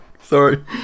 Sorry